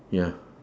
ya